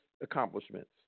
accomplishments